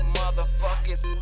motherfuckers